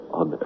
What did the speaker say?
on